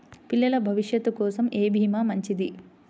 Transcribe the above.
పిల్లల భవిష్యత్ కోసం ఏ భీమా మంచిది?